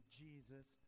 jesus